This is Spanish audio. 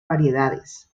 variedades